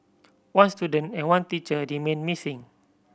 one student and one teacher remain missing